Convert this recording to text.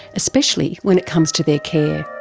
especially when it comes to their care.